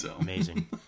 Amazing